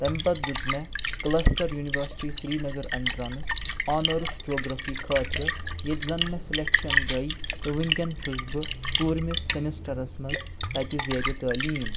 تمہِ پتہٕ دیُت مےٚ cluster university Srinagar entrance honours geography خٲطرٕ ییٚتہِ زن مےٚ سلیکشن گٔے تہٕ وۄنۍکٕن چھُس بہٕ ژوٗرمِس سمِسٹرس منٛز تَتہِ زیٖر تعلیٖم